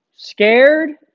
Scared